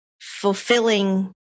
fulfilling